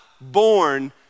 born